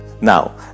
now